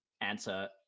answer